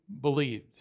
believed